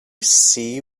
see